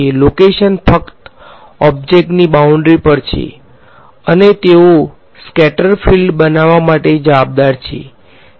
location ફક્ત ઑબ્જેક્ટની boundary પર છે અને તેઓ સ્કેટર ફીલ્ડ બનાવવા માટે જવાબદાર છે